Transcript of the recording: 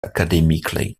academically